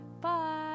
bye